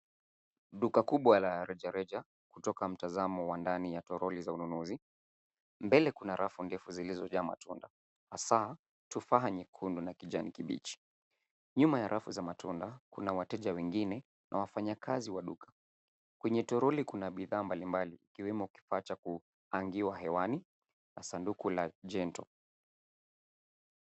Duka kubwa la rejareja kutoka mtazamo wa ndani ya toroli za ununuzi, mbele kuna rafu ndefu zilizojaa matunda hasa tufaha nyekundu na kijani kibichi. Nyuma ya rafu za matunda kuna wateja wengine na wafanyakazi wa duka. Kwenye toroli kuna bidhaa mbalimbali ikiwemo kifaa cha kupangiwa hewani sanduku la gentle .